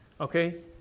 Okay